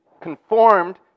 conformed